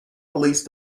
police